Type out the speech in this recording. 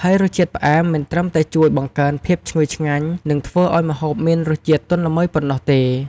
ឧទាហរណ៍ ស្ករអាចជួយកាត់បន្ថយជាតិប្រៃខ្លាំង ឬជាតិជូរជ្រុលនៅក្នុងម្ហូប។